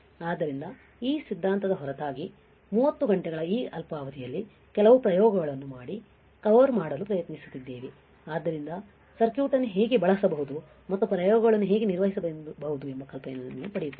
ಆದ್ದರಿಂದ ಈ ಸಿದ್ಧಾಂತದ ಹೊರತಾಗಿ 30 ಘಂಟೆಗಳ ಈ ಅಲ್ಪಾವಧಿಯಲ್ಲಿ ಕೆಲವು ಪ್ರಯೋಗಗಳನ್ನು ಮಾಡಿ ಕವರ್ ಮಾಡಲು ಪ್ರಯತ್ನಿಸಿದ್ದೇವೆ ಆದ್ದರಿಂದ ಸರ್ಕ್ಯೂಟ್ ಅನ್ನು ಹೇಗೆ ಬಳಸುವುದು ಮತ್ತು ಪ್ರಯೋಗಗಳನ್ನು ಹೇಗೆ ನಿರ್ವಹಿಸುವುದು ಎಂಬ ಕಲ್ಪನೆಯನ್ನು ನೀವು ಪಡೆಯುತ್ತೀರಿ